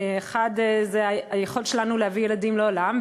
האחד זה היכולת שלנו להביא ילדים לעולם,